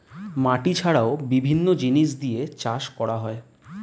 মাটি ছাড়াও বিভিন্ন জিনিস দিয়ে চাষ করা হয়